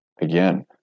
again